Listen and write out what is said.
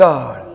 God